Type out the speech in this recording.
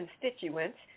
constituents